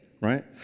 right